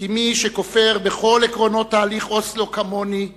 כי מי שכופר בכל עקרונות תהליך אוסלו, כמוני,